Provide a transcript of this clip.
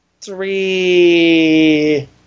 three